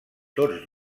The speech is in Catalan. tots